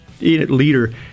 leader